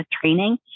training